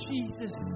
Jesus